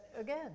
Again